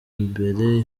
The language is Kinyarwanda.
imbere